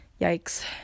yikes